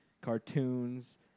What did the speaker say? cartoons